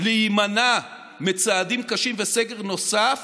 להימנע מצעדים קשים וסגר נוסף